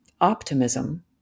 optimism